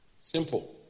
Simple